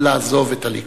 לעזוב את הליכוד.